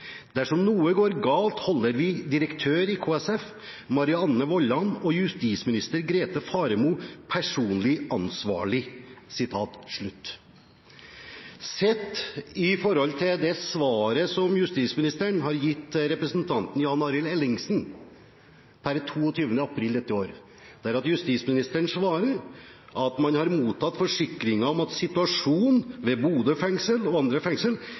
Dersom noe går galt holder vi direktør i KSF Marianne Vollan og justisminister Grete Faremo personlig ansvarlig.» Sett i forhold til det svaret som justisministeren har gitt til representanten Jan Arild Ellingsen per 22. april dette år, der justisministeren svarer at man har mottatt forsikringer om at situasjonen ved Bodø fengsel og andre